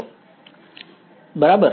તેને ત્રિકોણમાં તોડો બરાબર